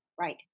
Right